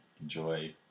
Enjoy